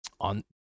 on